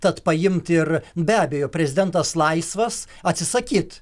tad paimt ir be abejo prezidentas laisvas atsisakyt